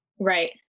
Right